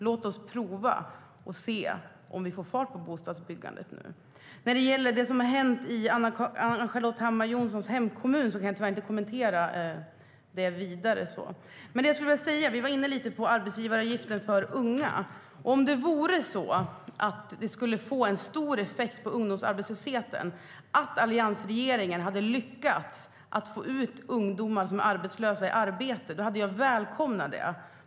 Låt oss pröva och se om vi får fart på bostadsbyggandet nu. Jag kan tyvärr inte kommentera det som hände i Ann-Charlotte Hammar Johnssons hemkommun. Vi var inne på den sänkta arbetsgivaravgiften för unga. Om det hade fått en stor effekt på ungdomsarbetslösheten och alliansregeringen hade lyckats få ut arbetslösa ungdomar i arbete hade jag välkomnat det.